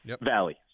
Valley